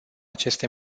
aceste